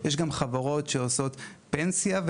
יש גם חברות שעושות פנסיה או